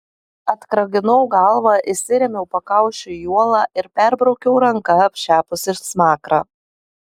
atkraginau galvą įsirėmiau pakaušiu į uolą ir perbraukiau ranka apšepusį smakrą